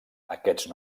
aquests